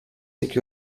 iki